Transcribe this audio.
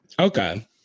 Okay